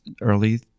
early